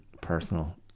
personal